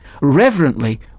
Reverently